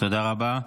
תודה רבה.